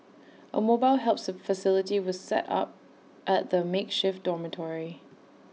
A mobile helps facility was set up at the makeshift dormitory